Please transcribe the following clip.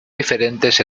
diferentes